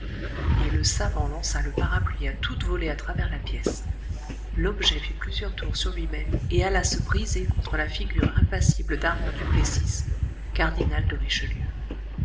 et le savant lança le parapluie à toute volée à travers la pièce l'objet fit plusieurs tours sur lui-même et alla se briser contre la figure impassible d'armand duplessis cardinal de richelieu